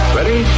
Ready